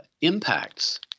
impacts